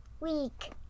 week